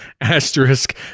Asterisk